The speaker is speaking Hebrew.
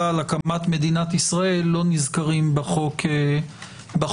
על הקמת מדינת ישראל לא נזכרים בחוק הזה.